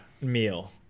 meal